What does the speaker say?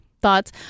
thoughts